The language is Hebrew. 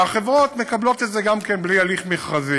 והחברות מקבלות את זה, גם כן בלי הליך מכרזי.